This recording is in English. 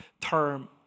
term